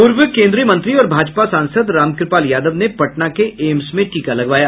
पूर्व केन्द्रीय मंत्री और भाजपा सांसद रामकृपाल यादव ने पटना के एम्स में टीका लगवाया